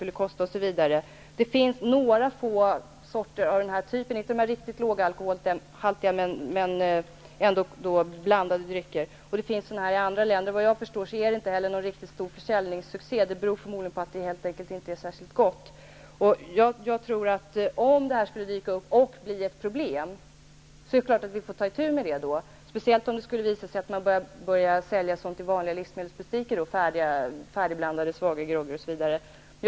Det finns några sorter av den här typen av blandade drycker -- dock inte med riktigt låg alkoholhalt --, och det finns sådana i andra länder. Så vitt jag förstår har det inte blivit någon riktigt stor försäljningssucce. Det beror förmodligen på att det helt enkelt inte är särskilt gott. Om dessa drycker skulle dyka upp och bli ett problem får vi ta itu med det -- särskilt om det skulle visa sig att man börjar sälja färdigblandade svaga groggar i vanliga livsmedelsbutiker.